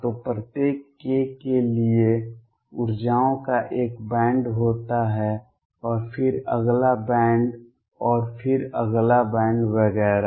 तो प्रत्येक k के लिए ऊर्जाओं का एक बैंड होता है और फिर अगला बैंड और फिर अगला बैंड वगैरह